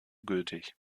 gültig